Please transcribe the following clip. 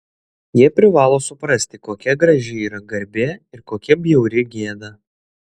jie privalo suprasti kokia graži yra garbė ir kokia bjauri gėda